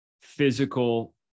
physical